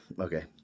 Okay